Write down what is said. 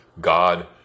God